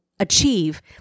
achieve